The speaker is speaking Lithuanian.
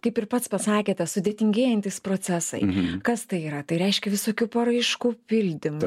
kaip ir pats pasakėte sudėtingėjantys procesai kas tai yra tai reiškia visokių paraiškų pildym